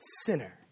sinner